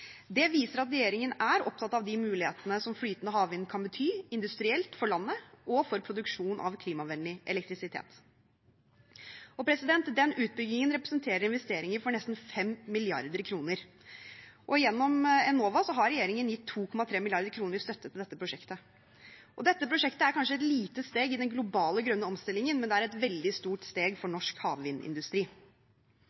Det viser at regjeringen er opptatt av de muligheter flytende havvind kan bety industrielt for landet og for produksjon av klimavennlig elektrisitet. Utbyggingen representerer investeringer for nesten 5 mrd. kr. Gjennom Enova har regjeringen gitt 2,3 mrd. kr i støtte til prosjektet. Dette prosjektet er kanskje et lite steg i den globale grønne omstillingen, men det er et veldig stort steg for